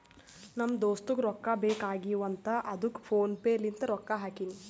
ನಮ್ ದೋಸ್ತುಗ್ ರೊಕ್ಕಾ ಬೇಕ್ ಆಗೀವ್ ಅಂತ್ ಅದ್ದುಕ್ ಫೋನ್ ಪೇ ಲಿಂತ್ ರೊಕ್ಕಾ ಹಾಕಿನಿ